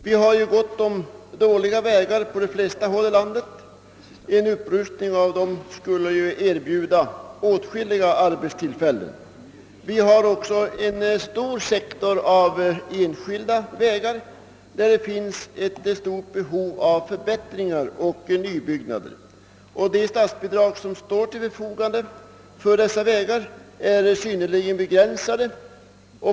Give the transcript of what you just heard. Vi har ju gott om dåliga vägar på de flesta håll i landet. En upprustning av dessa skulle kunna erbjuda åtskilliga arbetstillfällen. Vi har också en betydande sektor av enskilda vägar, där det finns ett stort behov av förbättring och nybyggnad. De statsbidrag som står till förfogande för dessa vägar är synnerligen begränsade.